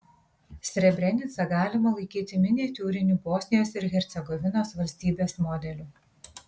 srebrenicą galima laikyti miniatiūriniu bosnijos ir hercegovinos valstybės modeliu